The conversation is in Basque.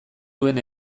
duen